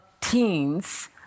teens